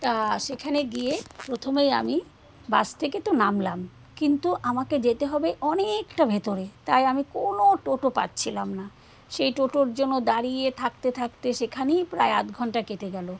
তা সেখানে গিয়ে প্রথমেই আমি বাস থেকে তো নামলাম কিন্তু আমাকে যেতে হবে অনেকটা ভেতরে তাই আমি কোনো টোটো পাচ্ছিলাম না সেই টোটোর জন্য দাঁড়িয়ে থাকতে থাকতে সেখানেই প্রায় আধ ঘণ্টা কেটে গেলো